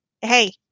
hey